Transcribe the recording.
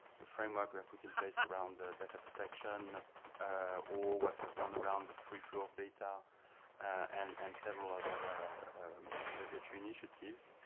the framework i put in place around ah data protection or what we have done around the free flow of data and and several other regulatory initiatives.